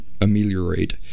ameliorate